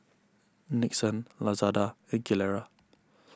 Nixon Lazada and Gilera